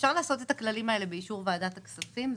אפשר לעשות את הכללים האלה באישור ועדת הכספים.